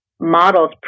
Models